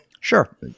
Sure